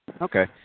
Okay